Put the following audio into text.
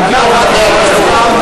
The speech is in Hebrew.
חבר הכנסת חסון,